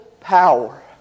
power